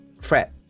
fret